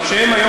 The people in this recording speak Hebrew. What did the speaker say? שהם היום,